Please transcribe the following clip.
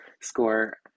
score